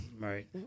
Right